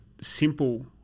simple